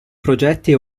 progetti